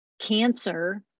Cancer